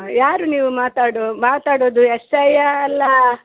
ಯಾರು ನೀವು ಮಾತಾಡು ಮಾತಾಡೋದು ಎಸ್ ಐಯ ಅಲ್ಲ